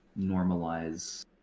normalize